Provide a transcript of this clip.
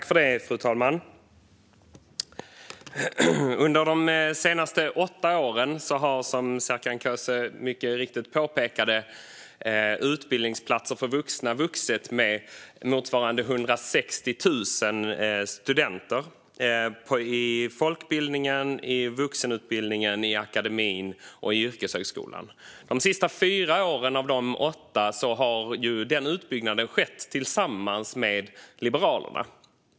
Fru talman! Under de senaste åtta åren har, som Serkan Köse mycket riktigt påpekade, antalet utbildningsplatser för vuxna ökat med motsvarande 160 000 studenter, inom folkbildningen, vuxenutbildningen, akademin och yrkeshögskolan. De sista fyra av dessa åtta år har denna utbyggnad skett tillsammans med Liberalerna.